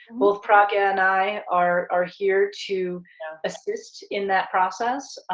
both pragya and i are are here to assist in that process,